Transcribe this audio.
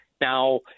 Now